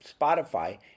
Spotify